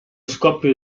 scoppio